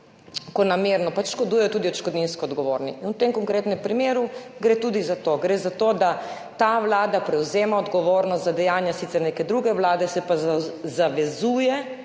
ki namerno škodujejo, tudi odškodninsko odgovorni in v tem konkretnem primeru gre tudi za to. Gre za to, da ta vlada prevzema odgovornost za dejanja sicer neke druge vlade, se pa zavezuje